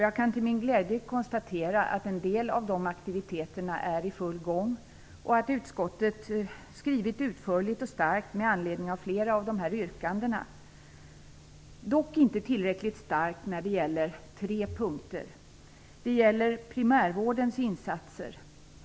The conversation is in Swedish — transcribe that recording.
Jag kan till min glädje konstatera att en del av de aktiviteterna är i full gång och att utskottet skrivit utförligt och starkt med anledning av flera av dessa yrkanden - dock inte tillräckligt starkt när det gäller tre punkter. Det gäller primärvårdens insatser.